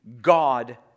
God